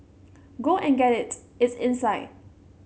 go and get it it's inside